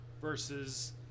versus